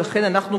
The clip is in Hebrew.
ולכן אנחנו,